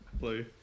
blue